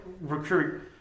recruit